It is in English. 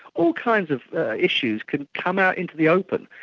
all kinds of issues can come out into the open.